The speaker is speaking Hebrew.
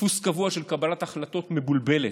דפוס קבוע של קבלת החלטות מבולבלת.